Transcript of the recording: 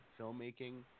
filmmaking